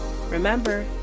Remember